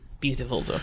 Beautiful